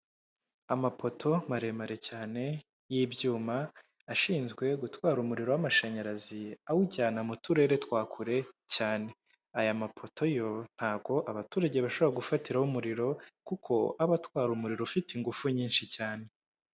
Amapoto maremare cyane y'ibyuma ashinzwe gutwara umuriro w'amashanyarazi awujyana mu turere twa kure cyane. Aya mapoto yo ntago abaturage bashobora gufatiraho umuriro kuko aba atwara umuriro ufite ingufu nyinshi cyane.